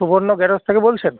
সুবর্ণ গ্যারেজ থেকে বলছেন